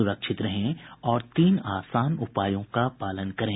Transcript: सुरक्षित रहें और इन तीन आसान उपायों का पालन करें